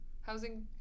Housing